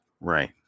Right